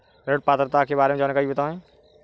ऋण पात्रता के बारे में जानकारी बताएँ?